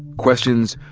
questions,